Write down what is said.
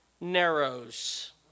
narrows